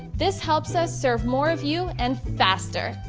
this helps so serve more of you and faster.